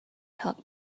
talk